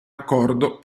accordo